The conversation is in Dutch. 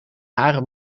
haren